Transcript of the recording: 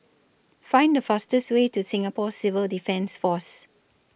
Find The fastest Way to Singapore Civil Defence Force